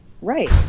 Right